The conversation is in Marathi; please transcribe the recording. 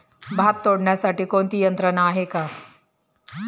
भात तोडण्यासाठी कोणती यंत्रणा आहेत का?